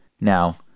now